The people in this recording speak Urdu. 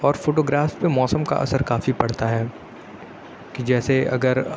اور فوٹوگراف پہ موسم کا اثر کافی پڑتا ہے کہ جیسے اگر